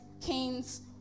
kings